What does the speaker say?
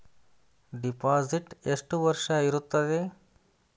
Deposit ಎಷ್ಟು ವರ್ಷ ಇರುತ್ತದೆ?